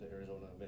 Arizona